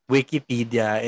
Wikipedia